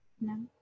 No